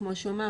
כמו שהוא אמר,